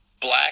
black